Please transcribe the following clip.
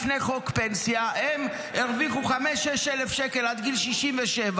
לפני חוק פנסיה הם הרוויחו 5,000- 6,000 שקלים עד גיל 67,